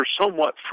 somewhat